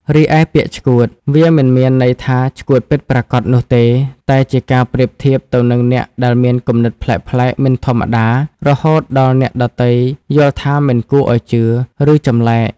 រីឯ ពាក្យ "ឆ្កួត" វាមិនមានន័យថាឆ្កួតពិតប្រាកដនោះទេ តែជាការប្រៀបធៀបទៅនឹងអ្នកដែលមានគំនិតប្លែកៗ មិនធម្មតា រហូតដល់អ្នកដទៃយល់ថាមិនគួរឱ្យជឿ ឬចម្លែក។